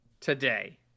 today